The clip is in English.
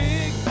Big